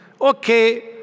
Okay